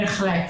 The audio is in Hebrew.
בהחלט.